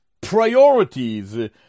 priorities